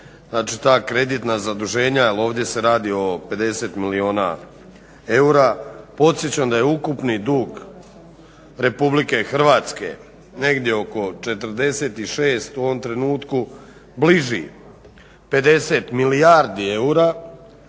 znači ta kreditna zaduženja, jer ovdje se radi o 50 milijuna eura, podsjećam da je ukupni dug Republike Hrvatske negdje oko 46, u ovom trenutku bliži 50 milijardi eura,